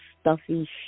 stuffy